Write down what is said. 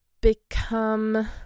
become